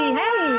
hey